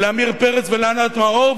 ולעמיר פרץ ולענת מאור,